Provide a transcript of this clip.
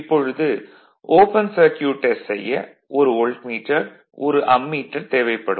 இப்பொழுது open circuit test செய்ய ஒரு வோல்ட்மீட்டர் ஒரு அம்மீட்டர் தேவைப்படும்